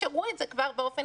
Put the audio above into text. אבל תאפשרו את זה באופן